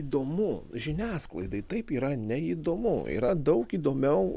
įdomu žiniasklaidai taip yra neįdomu yra daug įdomiau